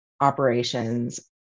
operations